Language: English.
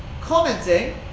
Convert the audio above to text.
commenting